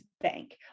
bank